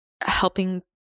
helping